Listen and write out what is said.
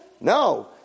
No